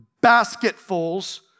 basketfuls